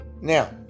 Now